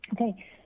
Okay